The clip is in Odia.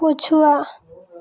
ପଛୁଆ